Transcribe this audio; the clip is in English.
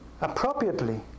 appropriately